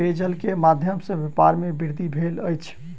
पेयजल के माध्यम सॅ व्यापार में वृद्धि भेल अछि